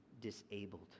disabled